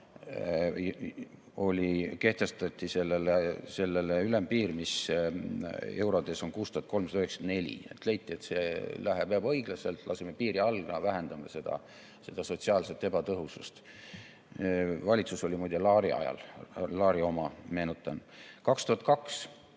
kehtestati sellele ülempiir, mis eurodes on 6394. Leiti, et see läheb ebaõiglaseks, laseme piiri alla, vähendame seda sotsiaalset ebatõhusust. Valitsus oli muide Laari oma, meenutan. 2002